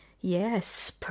yes